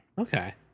Okay